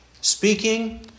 speaking